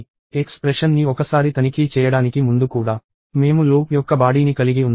ఎక్స్ప్రెషన్ని ఒకసారి తనిఖీ చేయడానికి ముందు కూడా మేము లూప్ యొక్క బాడీని కలిగి ఉన్నాము